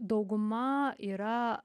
dauguma yra